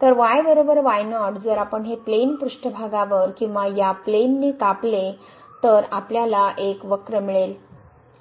तर y y0 जर आपण हे प्लेन पृष्ठभागावर किंवा या प्लेनने कापले तर आपल्याला एक वक्र मिळेल